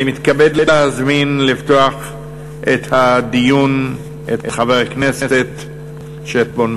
אני מתכבד להזמין לפתוח את הדיון את חבר הכנסת שטבון.